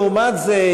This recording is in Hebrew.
לעומת זה,